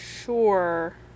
sure